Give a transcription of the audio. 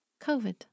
COVID